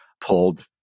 pulled